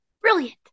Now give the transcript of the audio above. Brilliant